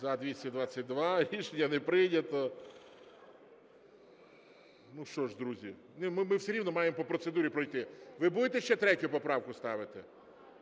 За-222 Рішення не прийнято. Що ж, друзі, ми все рівно маємо по процедурі пройти. Ви будете ще третю поправку ставити?